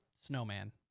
snowman